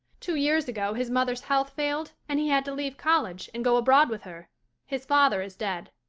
two years ago his mother's health failed and he had to leave college and go abroad with her his father is dead.